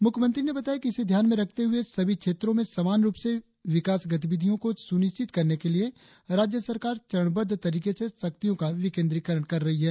मुख्यमंत्री ने बताया कि इसे ध्यान में रखते हुए सभी क्षेत्रों में समान रुप से विकास गतिविधियों को सुनिश्चित करने के लिए राज्य सरकार चरणबद्ध तरीके से शक्तियों का विकेंद्रीयकरण कर रही है